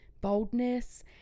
boldness